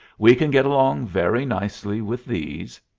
we can get along very nicely with these.